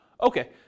Okay